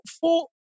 four